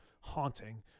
haunting